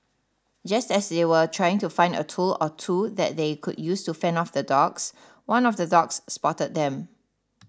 just as they were trying to find a tool or two that they could use to fend off the dogs one of the dogs spotted them